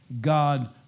God